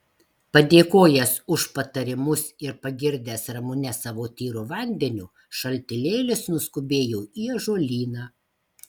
padėkojęs už patarimus ir pagirdęs ramunes savo tyru vandeniu šaltinėlis nuskubėjo į ąžuolyną